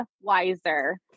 wiser